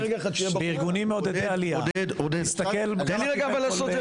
בארגונים מעודדי עלייה, תסתכל --- עודד, עודד.